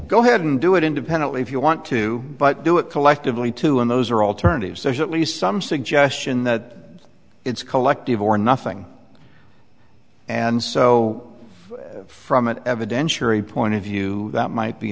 go ahead and do it independently if you want to but do it collectively too and those are alternatives there's at least some suggestion that it's collective or nothing and so from an evidentiary point of view that might be